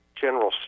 general